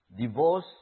Divorce